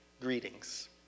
Greetings